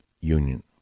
Union